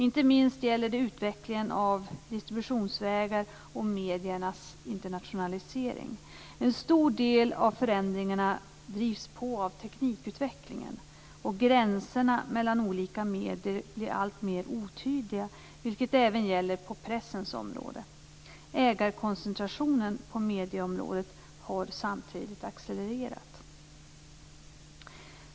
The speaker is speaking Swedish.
Inte minst gäller det utvecklingen av distributionsvägar och mediernas internationalisering. En stor del av förändringarna drivs på av teknikutvecklingen, och gränserna mellan olika medier blir alltmer otydliga, vilket även gäller på pressens område. Ägarkoncentrationen på medieområdet har samtidigt accelererat.